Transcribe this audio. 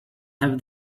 have